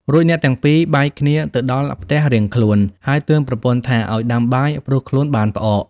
រួចអ្នកទាំងពីរបែកគ្នាទៅដល់ផ្ទះរៀងខ្លួន ហើយតឿនប្រពន្ធថាឲ្យដាំបាយព្រោះខ្លួនបានផ្អក។